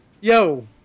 Yo